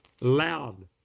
loud